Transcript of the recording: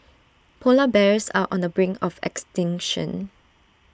Polar Bears are on the brink of extinction